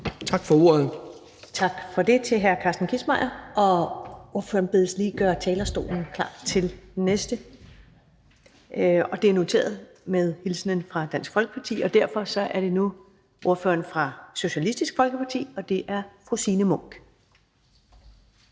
(Karen Ellemann): Tak til hr. Carsten Kissmeyer. Ordføreren bedes lige gøre talerstolen klar til næste taler. Vi har noteret hilsenen fra Dansk Folkeparti. Derfor er det nu ordføreren for Socialistisk Folkeparti, og det er fru Signe Munk.